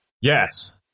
Yes